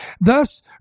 Thus